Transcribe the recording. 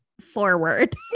forward